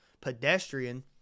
pedestrian